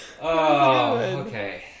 okay